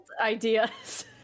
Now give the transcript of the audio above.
Ideas